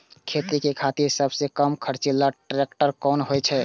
खेती के खातिर सबसे कम खर्चीला ट्रेक्टर कोन होई छै?